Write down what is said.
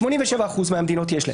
ל-87 אחוזים המדינות יש.